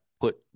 put